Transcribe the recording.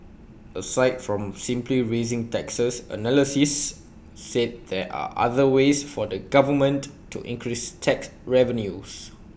aside from simply raising taxes analysis said there are other ways for the government to increase tax revenues